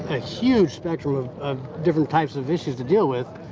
a huge spectrum of different types of issues to deal with,